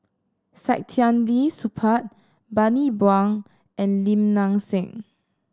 Saktiandi Supaat Bani Buang and Lim Nang Seng